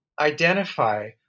identify